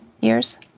years